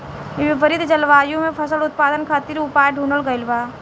विपरीत जलवायु में फसल उत्पादन खातिर उपाय ढूंढ़ल गइल बा